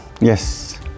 Yes